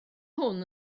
hwn